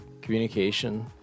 communication